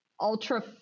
ultra